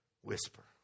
whisper